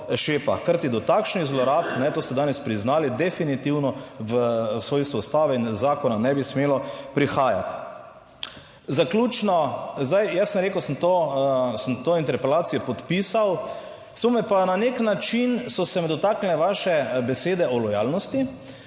šepa, kajti do takšnih zlorab, to ste danes priznali, definitivno v svojstvu Ustave in zakona ne bi smelo prihajati. Zaključno, zdaj, jaz sem rekel, sem to, sem to interpelacijo podpisal, so me pa na nek način, so se me dotaknile vaše besede o lojalnosti,